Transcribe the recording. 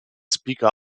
speaker